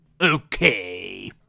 okay